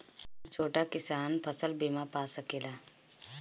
हा छोटा किसान फसल बीमा पा सकेला?